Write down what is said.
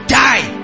die